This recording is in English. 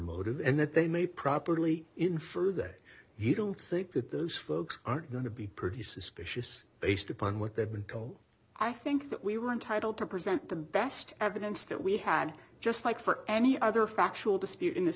motive and that they may properly infer that you don't think that those folks are going to be pretty suspicious based upon what they've been called i think that we were entitled to present the best evidence that we had just like for any other factual dispute in this